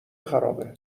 خرابه